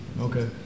Okay